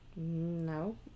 No